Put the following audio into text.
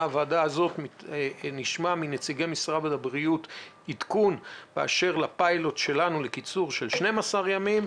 בוועדה הזאת באשר לפיילוט שלנו לקיצור ל-12 ימים,